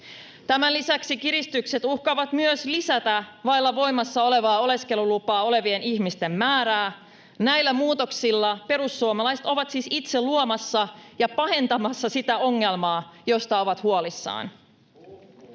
Tämän lisäksi kiristykset uhkaavat myös lisätä vailla voimassa olevaa oleskelulupaa olevien ihmisten määrää. Näillä muutoksilla perussuomalaiset ovat siis itse luomassa ja pahentamassa sitä ongelmaa, josta ovat huolissaan.